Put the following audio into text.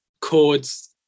chords